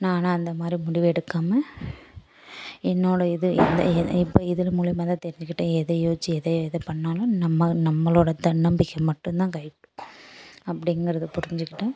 நான் ஆனால் அந்தமாதிரி முடிவு எடுக்காமல் என்னோடய இது எந்த இப்போ இதன் மூலிமா தான் தெரிஞ்சுக்கிட்டேன் எதை யோசித்து எதை எதை பண்ணாலும் நம்ம நம்மளோடய தன்னம்பிக்கை மட்டும் தான் கை கொடுக்கும் அப்படிங்கிறத புரிஞ்சுக்கிட்டேன்